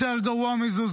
יותר גרוע מזה,